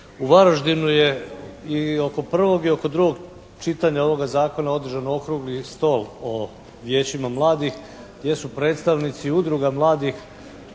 U Varaždinu je i oko prvog i oko drugog čitanja ovoga zakona održan Okrugli stol o vijećima mladih gdje su predstavnici udruga mladih